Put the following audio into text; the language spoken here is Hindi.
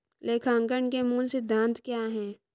लेखांकन के मूल सिद्धांत क्या हैं?